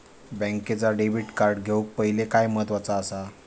बँकेचा debit card घेउक पाहिले काय महत्वाचा असा?